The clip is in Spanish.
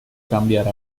cambiar